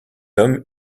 homme